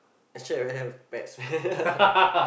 actually I rather have pets man